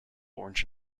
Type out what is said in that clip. orange